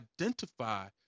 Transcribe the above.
Identify